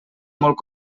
molt